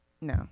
No